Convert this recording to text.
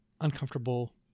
uncomfortable